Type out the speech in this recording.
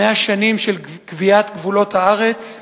100 שנים של קביעת גבולות הארץ,